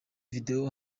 video